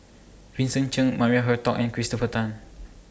Vincent Cheng Maria Hertogh and Christopher Tan